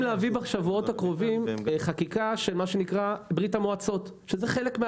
להביא בשבועות הקרובים חקיקה של מה שנקרא,